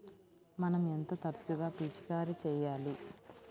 మనం ఎంత తరచుగా పిచికారీ చేయాలి?